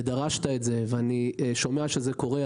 דרשת את זה ואני שומע שזה קורה,